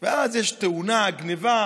(תיקון מס' 11) (אמצעי התשלום להעברת תגמולי ביטוח),